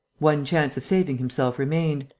one chance of saving himself remained,